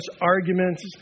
arguments